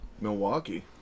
Milwaukee